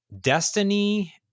Destiny